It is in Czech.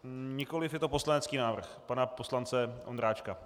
Nikoliv, je to poslanecký návrh pana poslance Ondráčka.